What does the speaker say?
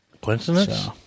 Coincidence